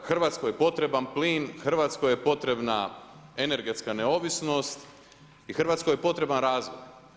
Hrvatskoj je potreban plin, Hrvatskoj je potrebna energetska neovisnost i Hrvatskoj je potreban razvoj.